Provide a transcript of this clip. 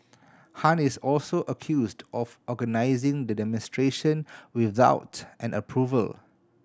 Han is also accused of organising the demonstration without an approval